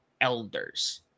elders